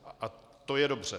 A to je dobře.